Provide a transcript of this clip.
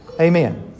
Amen